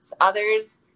Others